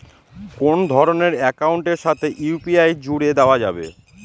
কোন ধরণের অ্যাকাউন্টের সাথে ইউ.পি.আই জুড়ে দেওয়া যাবে?